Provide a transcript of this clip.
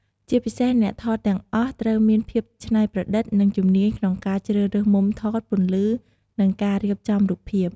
ជាពិសេស អ្នកថតទាំងអស់ត្រូវមានភាពច្នៃប្រឌិត និងជំនាញក្នុងការជ្រើសរើសមុំថត ពន្លឺ និងការរៀបចំរូបភាព។